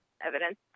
evidence